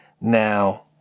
Now